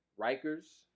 Rikers